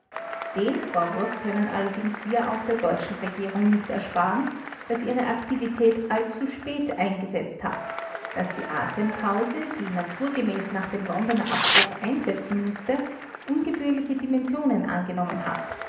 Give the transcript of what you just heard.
den vorwurf können allerdings wir auch der deutschen regierung nicht ersparen daß ihre aktivität allzu spät eingesetzt hat daß die atempause die naturgemäß nach dem londoner abbruch einsetzen mußte ungebührliche dimensionen angenommen hat